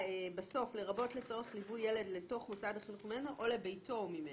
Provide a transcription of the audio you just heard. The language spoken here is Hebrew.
בסוף "לרבות לצורך ליווי ילד לתוך מוסד החינוך וממנו או לביתו או ממנו".